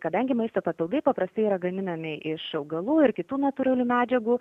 kadangi maisto papildai paprastai yra gaminami iš augalų ir kitų natūralių medžiagų